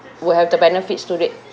will have to benefits to it